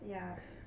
ya